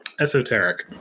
esoteric